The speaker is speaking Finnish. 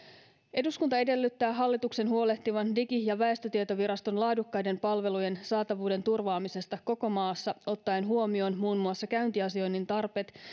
eduskunta edellyttää hallituksen huolehtivan digi ja väestötietoviraston laadukkaiden palvelujen saatavuuden turvaamisesta koko maassa ottaen huomioon muun muassa käyntiasioinnin tarpeet